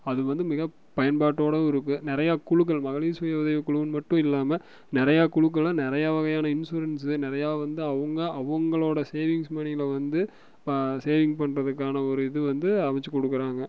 அது வந்து மிக பயன்பாட்டோடவும் இருக்கு நிறைய குழுக்கள் மகளிர் சுய உதவிக் குழுனு மட்டும் இல்லாமல் நிறைய குழுக்களில் நிறைய வகையான இன்சூரன்ஸு நிறைய வந்து அவங்க அவங்களோட சேவிங்க்ஸ் மனில வந்து இப்போ சேவிங் பண்ணுறதுக்கான ஒரு இது வந்து அமைச்சு கொடுக்குறாங்க